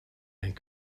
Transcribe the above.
and